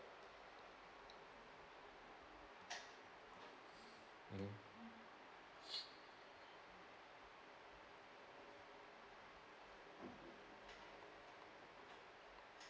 mmhmm